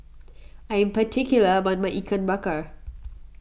I am particular about my Ikan Bakar